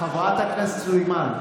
חברת הכנסת סלימאן,